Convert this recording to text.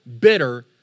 bitter